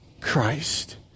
Christ